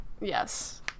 Yes